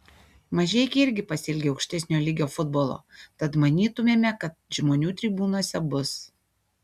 mažeikiai irgi pasiilgę aukštesnio lygio futbolo tad manytumėme kad žmonių tribūnose bus